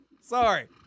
Sorry